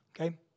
okay